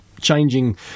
changing